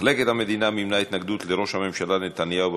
מחלקת המדינה מימנה התנגדות לראש הממשלה נתניהו בבחירות.